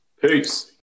Peace